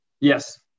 Yes